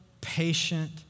patient